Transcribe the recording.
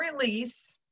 release